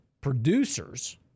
producers